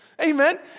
Amen